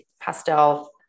pastel